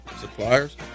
suppliers